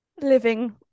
living